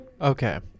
Okay